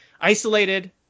isolated